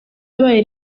yabaye